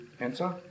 answer